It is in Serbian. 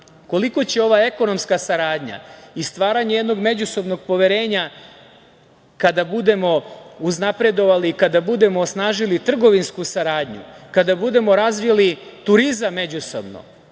koliko će ova ekonomska saradnja i stvaranje jednog međusobnog poverenja kada budemo uznapredovali, kada budemo osnažili trgovinsku saradnju, kada budemo razvili turizam međusobno,